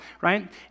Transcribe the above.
right